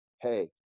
hey